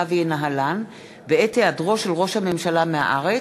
וינהלן בעת היעדרו של ראש הממשלה מהארץ,